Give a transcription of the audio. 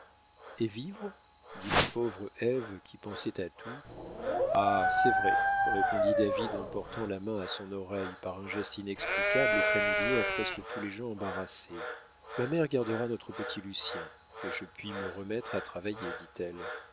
et vivre dit la pauvre ève qui pensait à tout ah c'est vrai répondit david en portant la main à son oreille par un geste inexplicable et familier à presque tous les gens embarrassés ma mère gardera notre petit lucien et je puis me remettre à travailler